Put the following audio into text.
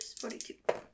Forty-two